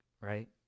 right